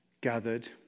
gathered